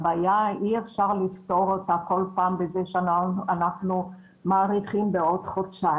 אי אפשר לפתור אותה כל פעם בזה שאנחנו מאריכים בעוד חודשיים.